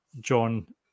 john